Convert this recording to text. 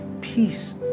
peace